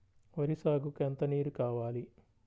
వరి సాగుకు ఎంత నీరు కావాలి?